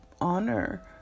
honor